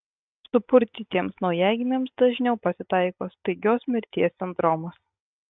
supurtytiems naujagimiams dažniau pasitaiko staigios mirties sindromas